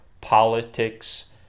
politics